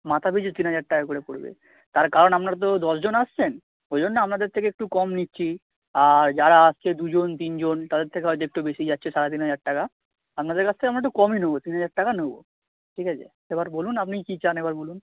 মাথাপিছু তিন হাজার টাকা করে পড়বে তার কারণ আপনারা তো দশজন আসছেন ওই জন্য আপনাদের থেকে একটু কম নিচ্ছি আর যারা আসছে দুজন তিনজন তাদের থেকে হয়তো একটু বেশি যাচ্ছে সাড়ে তিন হাজার টাকা আপনাদের কাছ থেকে আমরা একটু কমই নেবো তিন হাজার টাকা নেবো ঠিক আছে এবার বলুন আপনি কী চান এবার বলুন